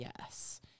yes